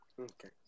okay